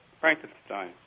Frankenstein